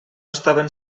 estaven